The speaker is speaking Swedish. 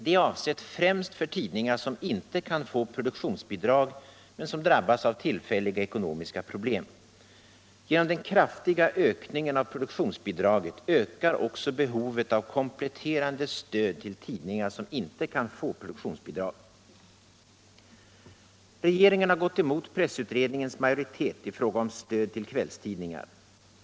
Det är avsett främst för tidningar som inte kan få produktionsbidrag men som drabbas av tillfälliga ekonomiska problem. Genom den kraftiga ökningen av produktionsbidraget växer också behovet av kompletterande stöd till tidningar som inte kan få produktionsbidrag. Regeringen har gått emot pressutredningens majoritet i fråga om stöd till kvällstidningar.